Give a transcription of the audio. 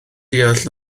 deall